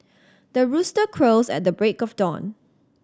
the rooster crows at the break of dawn